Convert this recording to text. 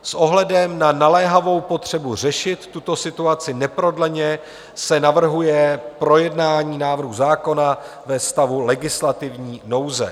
S ohledem na naléhavou potřebu řešit tuto situaci neprodleně se navrhuje projednání návrhu zákona ve stavu legislativní nouze.